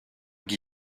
guy